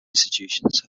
institutions